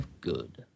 good